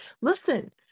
listen